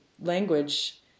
language